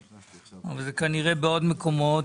אבל זה כנראה בעוד מקומות,